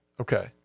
Okay